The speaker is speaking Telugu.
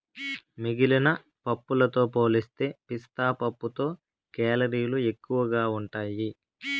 మిగిలిన పప్పులతో పోలిస్తే పిస్తా పప్పులో కేలరీలు ఎక్కువగా ఉంటాయి